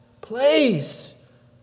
place